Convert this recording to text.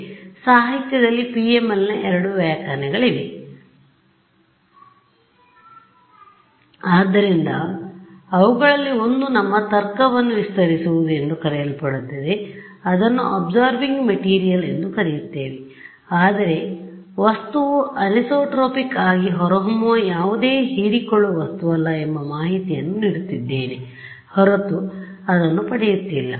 ಆದ್ದರಿಂದ ಸಾಹಿತ್ಯದಲ್ಲಿ PMLನ ಎರಡು ವ್ಯಾಖ್ಯಾನಗಳಿವೆ ಆದ್ದರಿಂದ ಅವುಗಳಲ್ಲಿ ಒಂದು ನಮ್ಮ ತರ್ಕವನ್ನು ವಿಸ್ತರಿಸುವುದು ಎಂದು ಕರೆಯಲ್ಪಡುತ್ತದೆ ಅದನ್ನು ಅಬ್ಸೋರ್ಬಿನ್ಗ್ ಮೆಟೀರಿಯಲ್ಎಂದು ಕರೆಯುತ್ತೇವೆ ಆದರೆ ವಸ್ತುವು ಅನಿಸೊಟ್ರೊಪಿಕ್ ಆಗಿ ಹೊರಹೊಮ್ಮುವ ಯಾವುದೇ ಹೀರಿಕೊಳ್ಳುವ ವಸ್ತುವಲ್ಲ ಎಂಬ ಮಾಹಿತಿಯನ್ನು ನೀಡುತ್ತಿದ್ದೇನೆಹೊರತು ಅದನ್ನು ಪಡೆಯುತ್ತಿಲ್ಲ